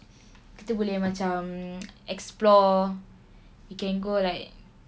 kita boleh macam explore you can go like